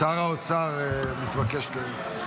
אתה לא מוריד אותם?